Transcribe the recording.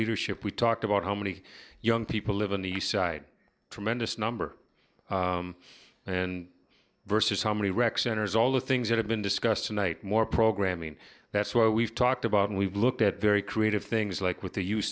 leadership we talked about how many young people live in east side tremendous number and versus how many rec centers all the things that have been discussed tonight more programming that's why we've talked about and we've looked at very creative things like with the use